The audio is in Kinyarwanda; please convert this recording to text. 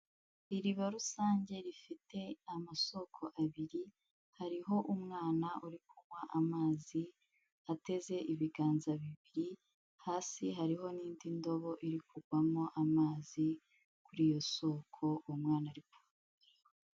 Iriba rusange rifite amasoko abiri, hariho umwana uri kunywa amazi, ateze ibiganza bibiri, hasi hariho n'indi ndobo iri kugwamo amazi kuri iyo soko uwo mwana ari kuvomeraho.